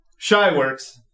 Shyworks